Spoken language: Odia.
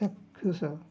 ଚାକ୍ଷୁଷ